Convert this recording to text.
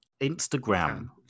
Instagram